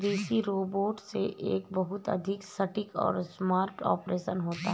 कृषि रोबोट से एक बहुत अधिक सटीक और स्मार्ट ऑपरेशन होता है